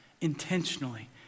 intentionally